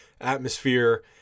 atmosphere